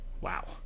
Wow